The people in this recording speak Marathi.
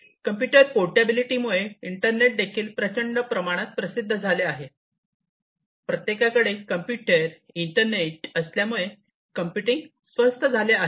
कम्प्युटर पोर्टेबिलिटी मुळे इंटरनेट देखील प्रचंड प्रमाणात प्रसिद्ध झाले आहे प्रत्येकाकडे कंप्यूटर इंटरनेट असल्यामुळे कम्प्युटिंग स्वस्त झाले आहे